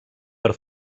per